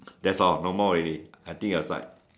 that's all no more already I think your side